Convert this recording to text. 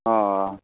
अ